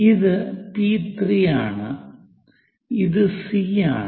ഇത് പി 3 ആണ് ഇത് സി ആണ്